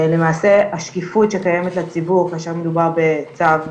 למעשה השקיפות שקיימת לציבור כאשר מדובר בצו,